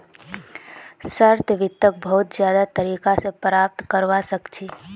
short वित्तक बहुत ज्यादा तरीका स प्राप्त करवा सख छी